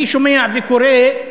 אני שומע וקורא,